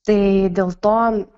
tai dėl to